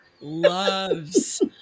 loves